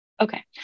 Okay